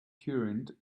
current